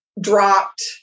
dropped